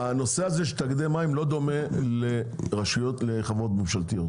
הנושא הזה של תאגידי מים לא דומה לחברות ממשלתיות,